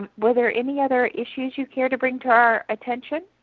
were there any other issues you care to bring to our attention,